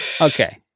Okay